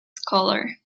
scholar